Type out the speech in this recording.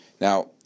Now